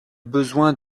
besoin